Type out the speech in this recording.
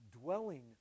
dwelling